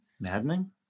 maddening